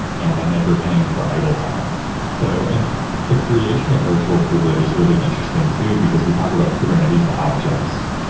and i'm never paying for idle time so and the creation of virtual kubelet is really interesting too, because we talked about kubernetes objects.